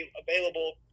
available